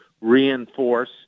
reinforce